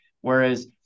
Whereas